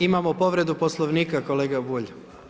Imamo povredu Poslovnika kolega Bulj.